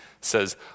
says